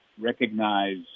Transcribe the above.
recognize